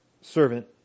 servant